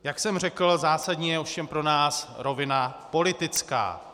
Jak jsem řekl, zásadní je ovšem pro nás rovina politická.